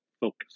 Focus